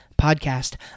Podcast